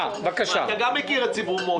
אתה גם מכיר מה עשו להם בסיבוב מוצא.